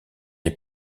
les